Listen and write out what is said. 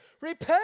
Repent